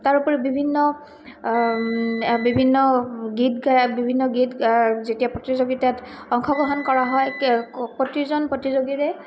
তাৰোপৰি বিভিন্ন বিভিন্ন গীত গাই বিভিন্ন গীত যেতিয়া প্ৰতিযোগিতাত অংশগ্ৰহণ কৰা হয় প্ৰতিজন প্ৰতিযোগীৰে